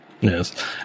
Yes